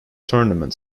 tournament